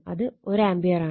അത് 1 ആമ്പിയറാണ്